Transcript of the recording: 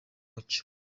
mucyo